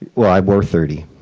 well, i wore thirty.